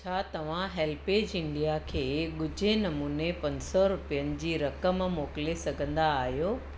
छा तव्हां HelpAge India खे ॻुझे नमूने पंज सौ रुपयनि जी रक़म मोकिले सघंदा आहियो